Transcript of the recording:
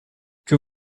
que